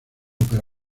pero